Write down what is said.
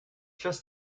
just